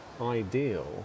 ideal